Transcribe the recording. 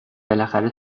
بالاخره